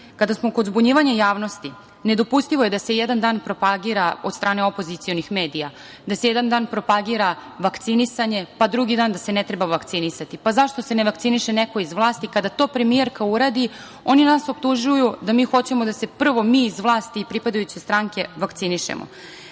smo kod zbunjivanja javnosti, nedopustivo je da se jedan dan propagira od strane opozicionih medija, da se jedan dan propagira vakcinisanje, pa drugi dan da se ne treba vakcinisati, pa zašto se ne vakciniše neko iz vlasti. Kada to premijerka uradi oni nas optužuju da mi hoćemo da se prvo mi iz vlasti i pripadajuće stranke vakcinišemo.